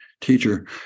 teacher